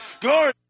Glory